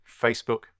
Facebook